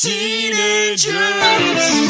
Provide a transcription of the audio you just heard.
Teenagers